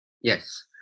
Yes